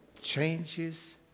changes